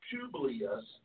Publius